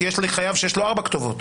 כי יש לי חייב שיש לו ארבע כתובות.